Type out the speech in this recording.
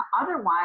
Otherwise